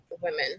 women